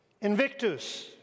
Invictus